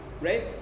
right